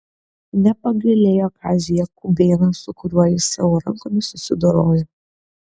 nepagailėjo kazio jakubėno su kuriuo jis savo rankomis susidorojo